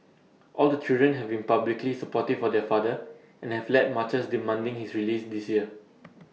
all the children have been publicly supportive of their father and have led marches demanding his release this year